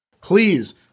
Please